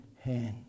hand